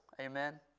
Amen